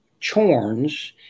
chorns